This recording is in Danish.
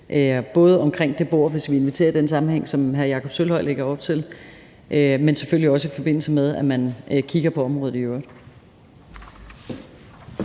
både omkring det bord, hvis vi inviterer i den sammenhæng, som hr. Jakob Sølvhøj lægger op til, men selvfølgelig også i forbindelse med at man i øvrigt kigger på området. Kl.